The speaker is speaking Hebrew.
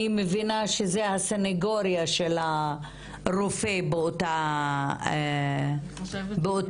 מבינה שזה הסניגוריה של הרופא באותה ישיבה.